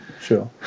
sure